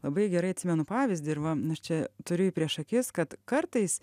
labai gerai atsimenu pavyzdį ir va čia turiu jį prieš akis kad kartais